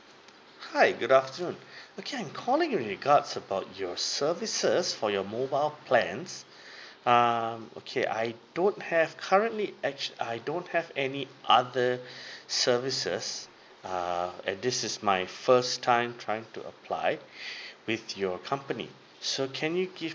hi good afternoon okay I'm calling with regards about your services for your mobile plans um okay I don't have currently act~ I don't have any other services err and this is my first time trying to apply with your company so can you give